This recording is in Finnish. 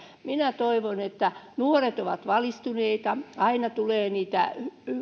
minä toivon että nuoret ovat valistuneita aina tulee niitä